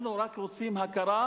אנחנו רק רוצים הכרה,